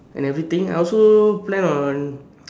and everything I also plan on